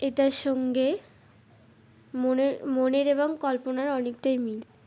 এটার সঙ্গে মনের মনের এবং কল্পনার অনেকটাই মিল